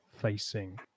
facing